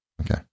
okay